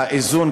האיזון,